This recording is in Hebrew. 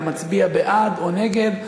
אתה מצביע בעד או נגד,